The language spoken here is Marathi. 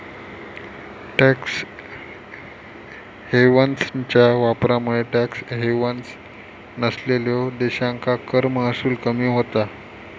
टॅक्स हेव्हन्सच्या वापरामुळे टॅक्स हेव्हन्स नसलेल्यो देशांका कर महसूल कमी होता